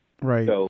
Right